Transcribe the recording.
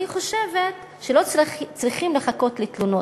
אני חושבת שלא צריכים לחכות לתלונות.